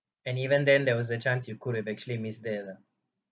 and even then there was a chance you could have actually miss that lah